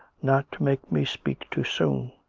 not to make me speak too soon.